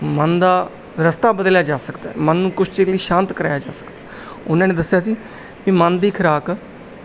ਮਨ ਦਾ ਰਸਤਾ ਬਦਲਿਆ ਜਾ ਸਕਦਾ ਮਨ ਨੂੰ ਕੁਝ ਚਿਰ ਲਈ ਸ਼ਾਂਤ ਕਰਾਇਆ ਜਾ ਸਕਦਾ ਉਹਨਾਂ ਨੇ ਦੱਸਿਆ ਸੀ ਵੀ ਮਨ ਦੀ ਖੁਰਾਕ